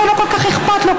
אולי לא כל כך אכפת לו,